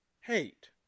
hate